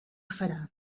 farà